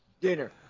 Dinner